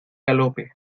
galope